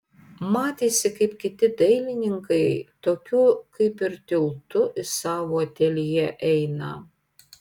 matėsi kaip kiti dailininkai tokiu kaip ir tiltu į savo ateljė eina